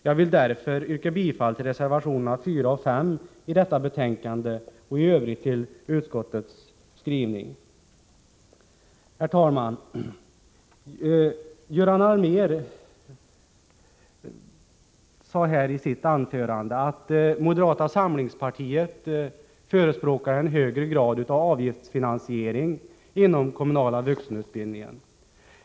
Jag vill därför yrka bifall till reservationerna 4 och 5 i detta betänkande och i övrigt till utskottets hemställan. Herr talman! Göran Allmér sade i sitt anförande att moderata samlingspartiet förespråkar en högre grad av avgiftsfinansiering inom kommunala vuxenutbildningen.